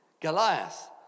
Goliath